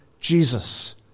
Jesus